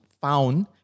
found